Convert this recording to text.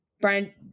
Brian